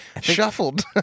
Shuffled